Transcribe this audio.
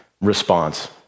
response